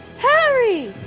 harry!